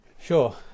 Sure